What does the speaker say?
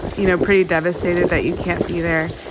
you know, pretty devastated that you can't be there,